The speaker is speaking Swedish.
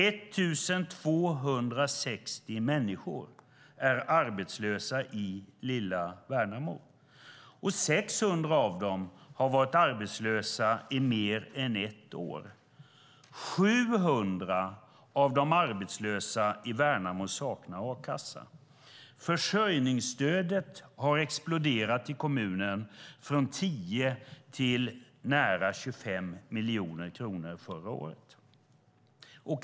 1 260 människor är arbetslösa i lilla Värnamo, och 600 av dem har varit arbetslösa i mer än ett år. 700 av de arbetslösa i Värnamo saknar a-kassa. Försörjningsstödet har exploderat i kommunen från 10 till nära 25 miljoner kronor förra året.